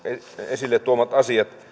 esille tuomat asiat